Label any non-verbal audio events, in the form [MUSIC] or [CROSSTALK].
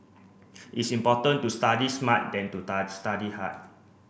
it's important to study smart than to [UNINTELLIGIBLE] study high